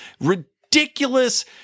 ridiculous